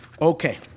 Okay